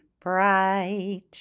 bright